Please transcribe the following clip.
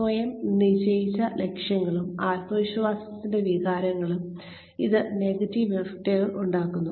സ്വയം നിശ്ചയിച്ച ലക്ഷ്യങ്ങളിലും ആത്മവിശ്വാസത്തിന്റെ വികാരങ്ങളിലും ഇത് നെഗറ്റീവ് ഇഫക്റ്റുകൾ ഉണ്ടാക്കുന്നു